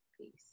Peace